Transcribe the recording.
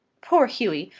poor hughy!